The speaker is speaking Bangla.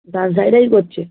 ডান সাইডেই করছে